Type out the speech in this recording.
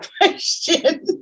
question